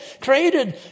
created